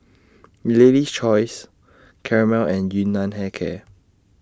Lady's Choice Camel and Yun Nam Hair Care